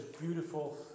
beautiful